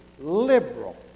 liberal